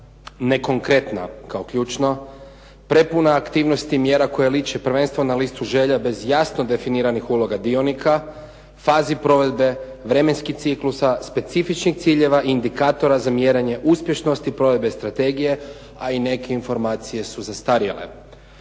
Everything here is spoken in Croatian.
nekonkretna kao ključno, prepuna aktivnosti i mjera koje liče prvenstveno na listu želja bez jasno definiranih uloga dionika, fazi provedbe vremenskih ciklusa specifičnih ciljeva i indikatora za mjerenje uspješnosti provedbe strategije, a i neke informacije su zastarjele.